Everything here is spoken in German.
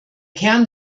kern